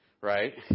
right